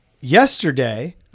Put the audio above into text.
yesterday